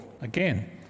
again